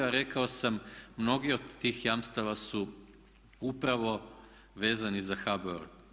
A rekao sam, mnogi od tih jamstava su upravo vezani za HBOR.